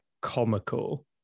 comical